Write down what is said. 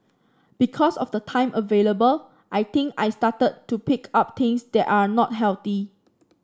because of the time available I think I started to pick up things that are not healthy